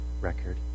record